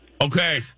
Okay